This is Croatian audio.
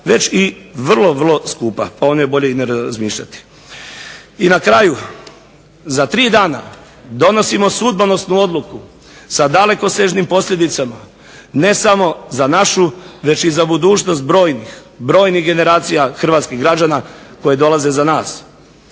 već i vrlo, vrlo skupa. O njoj je bolje i ne razmišljati. I na kraju, za tri dana donosimo sudbonosnu odluku sa dalekosežnim posljedicama, ne samo za našu već i za budućnost brojnih, brojnih generacija hrvatskih građana koji dolaze za nas.